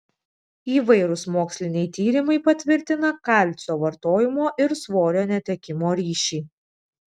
įvairūs moksliniai tyrimai patvirtina kalcio vartojimo ir svorio netekimo ryšį